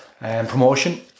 Promotion